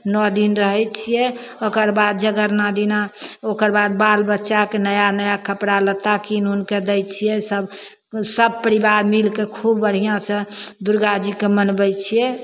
नओ दिन रहै छिए ओकरबाद जगरना दिना ओकरबाद बाल बच्चाके नया नया कपड़ा लत्ता कीनि उनिके दै छिए सभ सभ परिवार मिलिके खूब बढ़िआँसे दुरगाजीके मनबै छिए